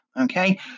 Okay